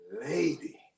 lady